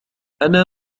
أنا